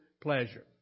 pleasure